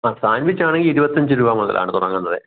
ആ സാൻ്റ്വിച്ചാണെങ്കിൽ ഇരുപത്തഞ്ച് രൂപ മുതലാണ് തുടങ്ങുന്നത്